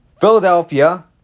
Philadelphia